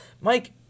Mike